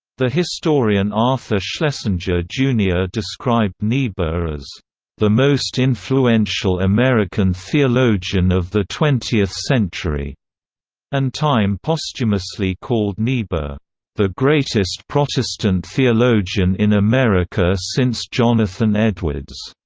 the historian arthur schlesinger jr. described niebuhr as the most influential american theologian of the twentieth century and time posthumously called niebuhr the greatest protestant theologian in america since jonathan edwards.